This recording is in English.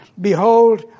behold